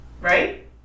Right